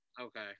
Okay